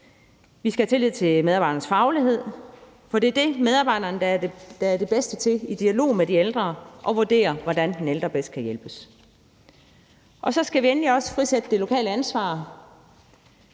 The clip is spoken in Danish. Vi skal have tillid til medarbejdernes faglighed, for det er det, medarbejderne er de bedste til i dialog med de ældre, altså at vurdere, hvordan den ældre bedst kan hjælpes. Så skal vi endelig også frisætte det lokale ansvar.